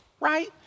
right